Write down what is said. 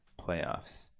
playoffs